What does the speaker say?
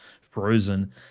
frozen